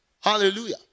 Hallelujah